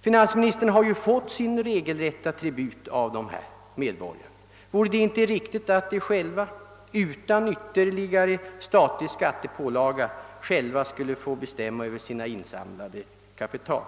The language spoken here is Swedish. Finansministern har ju fått sin regelrätta tribut av dessa medborgare. Vore det inte riktigt att de själva utan ytterligare statlig skattepålaga skulle få bestämma över sina insamlade kapital?